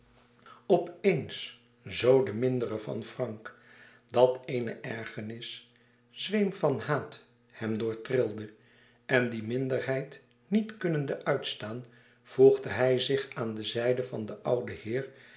op eens z de mindere van frank dat eene ergernis zweem van haat hem doortrilde en die minderheid niet kunnende uitstaan voegde hij zich aan de zijde van den ouden heer